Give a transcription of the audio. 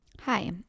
Hi